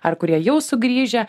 ar kurie jau sugrįžę